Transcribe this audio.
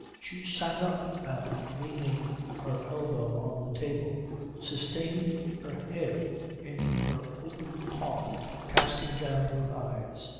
she sat up and leaning her elbow on the table sustained her head in her open palm casting down her eyes.